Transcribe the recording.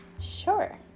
sure